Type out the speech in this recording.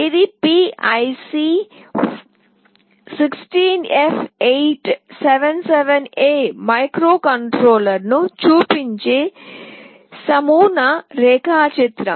ఇది PIC 16F877A మైక్రోకంట్రోలర్ను చూపించే నమూనా రేఖాచిత్రం